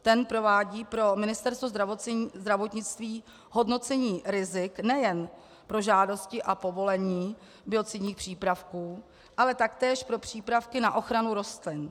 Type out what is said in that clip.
Ten provádí pro Ministerstvo zdravotnictví hodnocení rizik nejen pro žádosti a povolení biocidních přípravků, ale taktéž pro přípravky na ochranu rostlin.